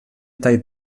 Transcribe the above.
tai